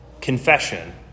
Confession